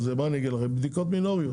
בדיקות מינוריות.